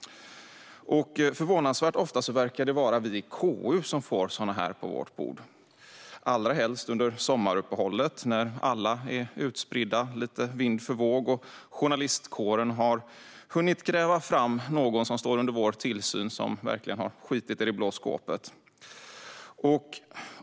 Förvånansvärt ofta verkar det vara vi i KU som får sådana här mackor på vårt bord, allra helst under sommaruppehållet när alla är utspridda vind för våg och journalistkåren har lyckats att kräva fram någon som står under vår tillsyn som verkligen har skitit i det blå skåpet.